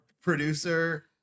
producer